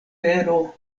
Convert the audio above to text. tero